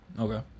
Okay